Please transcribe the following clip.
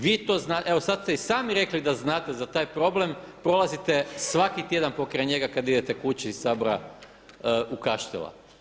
Vi to znate, evo sada ste i sami rekli da znate za taj problem, prolazite svaki tjedan pokraj njega kada idete kući iz Sabora u Kaštela.